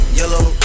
yellow